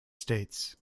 states